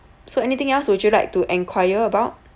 so anything else would you like to enquire about